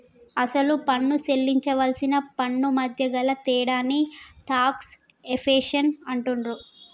అసలు పన్ను సేల్లించవలసిన పన్నుమధ్య గల తేడాని టాక్స్ ఎవేషన్ అంటుండ్రు